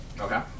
Okay